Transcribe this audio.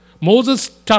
Moses